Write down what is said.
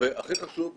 והכי חשוב,